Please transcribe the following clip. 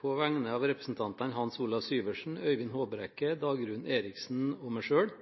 På vegne av representantene Hans Olav Syversen, Øyvind Håbrekke, Dagrun Eriksen og meg selv